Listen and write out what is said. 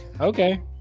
Okay